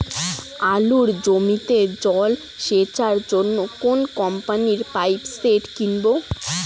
আলুর জমিতে জল সেচের জন্য কোন কোম্পানির পাম্পসেট কিনব?